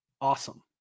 awesome